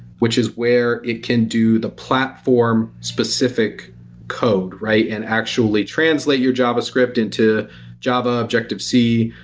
which is where it can do the platform specific code, right? and actually translate your javascript into java objective c,